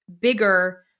bigger